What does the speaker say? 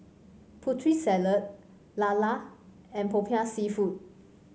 Putri Salad lala and popiah seafood